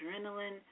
adrenaline